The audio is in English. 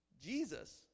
Jesus